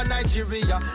Nigeria